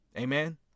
Amen